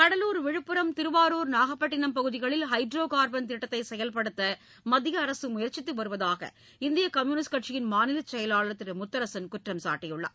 கடலூர் விழுப்புரம் திருவாரூர் நாகப்பட்டினம் பகுதிகளில் hydro carbon திட்டத்தை செயல்படுத்த மத்திய அரசு முயற்சித்து வருவதாக இந்திய கம்யூனிஸ்ட் கட்சியின் மாநில செயலாளர் திரு முத்தரசன் குற்றம்சாட்டியுள்ளார்